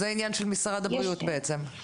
זה עניין של משרד הבריאות בעצם.